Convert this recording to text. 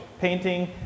painting